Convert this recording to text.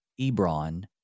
Ebron